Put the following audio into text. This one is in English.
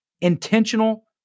intentional